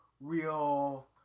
real